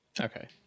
Okay